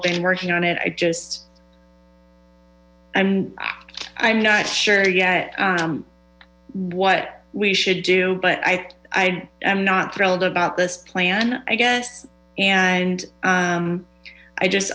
been working on it i just i'm i'm not sure yet what we should do but i i i'm not thrilled about this plan i guess and i just